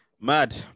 Mad